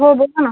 हो बोला ना